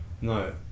no